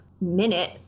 minute